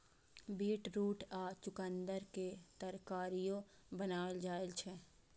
beetroot या चुकंदर के तरकारियो बनाएल जाइ छै